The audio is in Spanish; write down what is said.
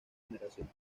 generación